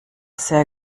sehr